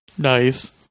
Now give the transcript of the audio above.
Nice